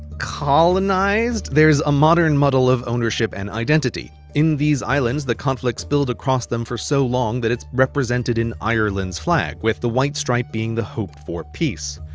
colonized there's a modern muddle of ownership and identity. in these islands the conflicts build across them for so long that it's represented in ireland's flag with the white stripe being the hope for peace.